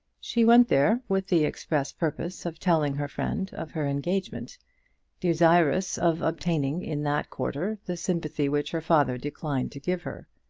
she went there with the express purpose of telling her friend of her engagement desirous of obtaining in that quarter the sympathy which her father declined to give her.